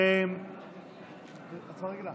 אה, לא.